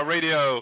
Radio